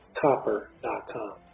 copper.com